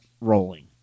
rolling